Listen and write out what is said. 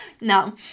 No